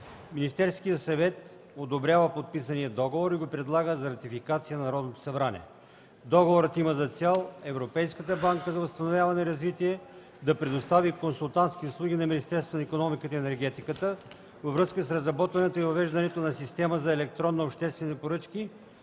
Министерският съвет одобрява подписания договор и го предлага за ратификация от Народното събрание. Договорът има за цел Европейската банка за възстановяване и развитие да предостави консултантски услуги на Министерството на икономиката и енергетиката във връзка с разработването и въвеждането на система за електронни обществени поръчки